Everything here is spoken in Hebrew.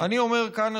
אני אומר כאן,